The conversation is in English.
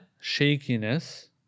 shakiness